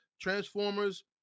Transformers